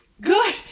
Good